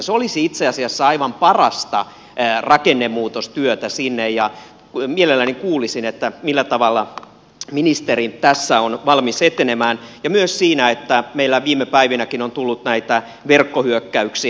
se olisi itse asiassa aivan parasta rakennemuutostyötä sinne ja mielelläni kuulisin millä tavalla ministeri tässä on valmis etenemään ja myös siinä että meillä viime päivinäkin on tullut näitä verkkohyökkäyksiä